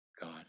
God